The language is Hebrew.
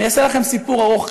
אעשה לכם סיפור ארוך,